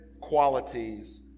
qualities